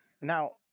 now